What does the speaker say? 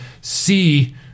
see